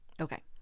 Okay